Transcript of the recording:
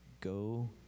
Go